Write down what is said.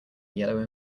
yellow